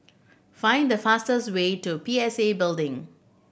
find the fastest way to P S A Building